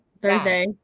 Thursday